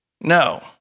No